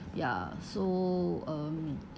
ya so um